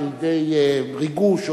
או לידי ריגוש,